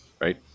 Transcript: right